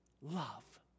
love